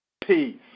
Peace